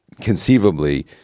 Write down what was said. conceivably